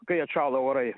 kai atšąla orai